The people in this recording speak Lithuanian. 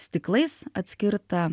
stiklais atskirta